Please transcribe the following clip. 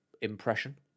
impression